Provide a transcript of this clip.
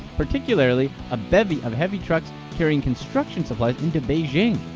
particularly a bevy of heavy trucks carrying construction supplies into beijing,